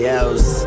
else